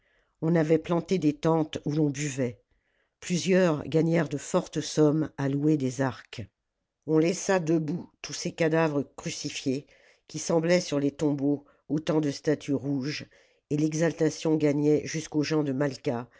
on avait planté des tentes oii l'on buvait plusieurs gagnèrent de fortes sommes à louer des arcs on laissa debout tous ces cadavres crucifiés qui semblaient sur les tombeaux autant de statues rouges et l'exaltation gagnait jusqu'aux gens de malqua